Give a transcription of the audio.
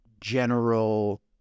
general